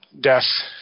death